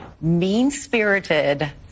mean-spirited